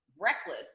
reckless